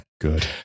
Good